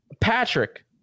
Patrick